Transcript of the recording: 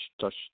touch